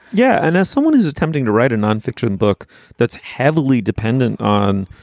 yeah. and as someone is attempting to write a non-fiction book that's heavily dependent on.